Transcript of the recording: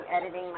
editing